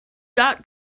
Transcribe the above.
dot